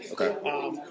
Okay